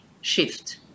shift